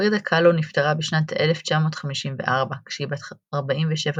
פרידה קאלו נפטרה בשנת 1954, כשהיא בת 47 בלבד.